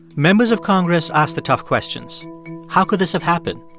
members of congress asked the tough questions how could this have happened?